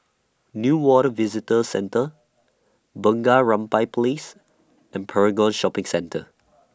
Newater Visitor Centre Bunga Rampai Place and Paragon Shopping Centre